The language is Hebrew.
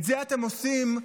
את זה אתם עושים,